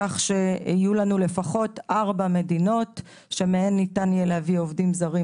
כך שיהיו לנו לפחות ארבע מדינות שמהן ניתן יהיה להביא עובדים זרים